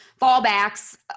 fallbacks